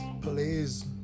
please